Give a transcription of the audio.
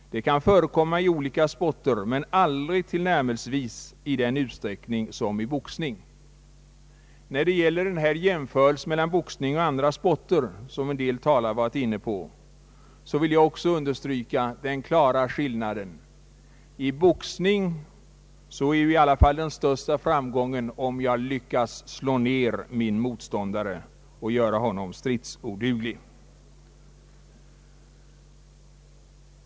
De kan förekomma i olika sporter, men aldrig tillnärmelsevis i samma utsträckning som i boxning. Till skillnad från andra idrotter går man i boxning in för att skada sin motståndare och man anses ha den största framgången om man lyckas slå ned honom och göra honom stridsoduglig.